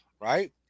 right